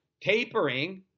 tapering